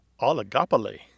Oligopoly